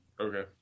okay